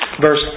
verse